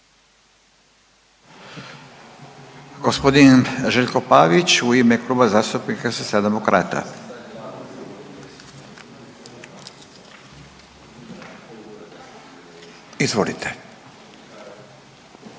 Gospodin Željko Pavić u ime Kluba zastupnika Socijaldemokrata. Izvolite.